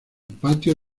patio